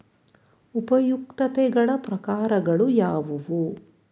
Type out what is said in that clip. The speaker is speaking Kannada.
ಉಪಯುಕ್ತತೆಗಳ ಪ್ರಕಾರಗಳು ಯಾವುವು?